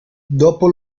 dopo